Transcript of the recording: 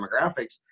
Demographics